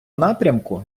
напрямку